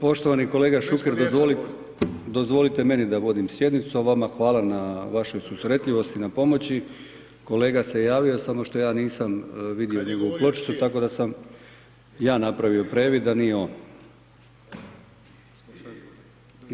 Poštovani kolega Šuker dozvolite meni da vodim sjednicu, a vama hvala na vašoj susretljivosti, na pomoći, kolega se javio samo što ja nisam vidio njegovu pločicu, tako da sam ja napravio previd, a nije on.